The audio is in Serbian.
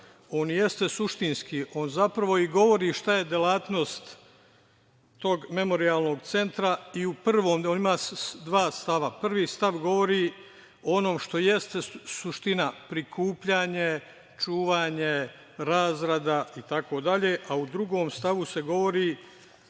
jeste suštinski, on zapravo i govori šta je delatnosti tog Memorijalnog centra i ima dva stava. Prvi stav govori ono što jeste suština - prikupljanje, čuvanje, razrada itd, a u drugom stavu se govori